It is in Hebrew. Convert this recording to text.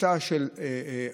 מקטע של המת"צ,